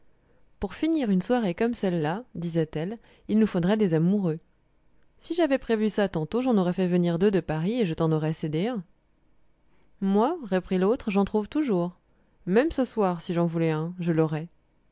pour finir une soirée comme celle-là disait-elle il nous faudrait des amoureux si j'avais prévu ça tantôt j'en aurais fait venir deux de paris et je t'en aurais cédé un moi reprit l'autre j'en trouve toujours même ce soir si j'en voulais un je l'aurais